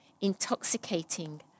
intoxicating